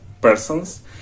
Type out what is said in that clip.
persons